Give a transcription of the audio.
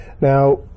now